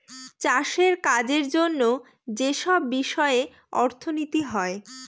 চাষের কাজের জন্য যেসব বিষয়ে অর্থনীতি হয়